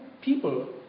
people